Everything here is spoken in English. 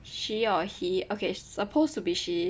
she or he okay supposed to be she